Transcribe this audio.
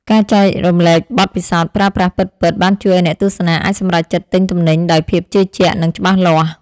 ការចែករំលែកបទពិសោធន៍ប្រើប្រាស់ពិតៗបានជួយឱ្យអ្នកទស្សនាអាចសម្រេចចិត្តទិញទំនិញដោយភាពជឿជាក់និងច្បាស់លាស់។